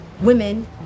women